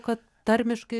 kad tarmiškai